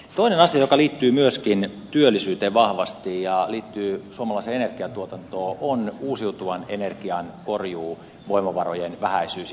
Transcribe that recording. toinen asia joka liittyy myöskin työllisyyteen vahvasti ja liittyy suomalaiseen energiantuotantoon on uusiutuvan energian korjuuvoimavarojen vähäisyys ja niukkuus